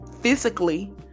physically